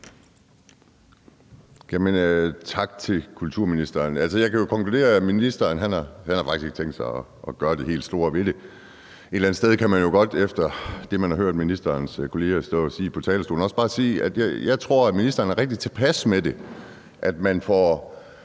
Tak til kulturministeren, og jeg kan jo konkludere, at ministeren faktisk ikke har tænkt sig at gøre det helt store ved det. Et eller andet sted kan jeg jo også bare godt efter det, jeg har hørt ministerens kolleger stå og sige på talerstolen, sige, at jeg tror, at ministeren er rigtig godt tilpas med det,